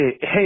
hey